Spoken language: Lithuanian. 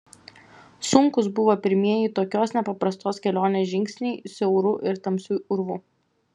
sunkūs buvo pirmieji tokios nepaprastos kelionės žingsniai siauru ir tamsiu urvu